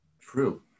True